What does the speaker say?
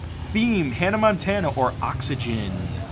theme, hannah montana or oxygen.